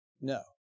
No